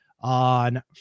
on